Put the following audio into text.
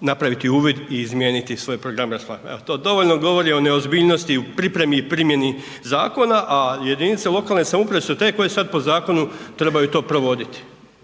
napraviti uvid i izmijeniti svoje programe raspolaganja. Evo to dovoljno govori o neozbiljnosti u pripremi i primjeni zakona a jedinice lokalne samouprave su te koje sad po zakonu trebaju to provoditi